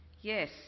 Yes